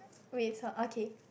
wait so okay